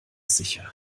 sicher